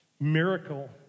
miracle